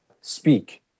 speak